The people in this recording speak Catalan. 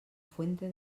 fuente